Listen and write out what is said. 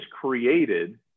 created